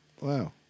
Wow